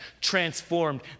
transformed